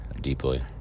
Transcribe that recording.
deeply